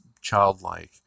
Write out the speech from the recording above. childlike